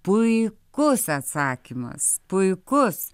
puikus atsakymas puikus